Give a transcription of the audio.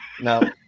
No